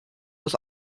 was